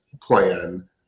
plan